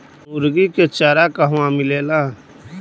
मुर्गी के चारा कहवा मिलेला?